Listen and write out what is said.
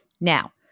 Now